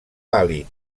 pàl·lid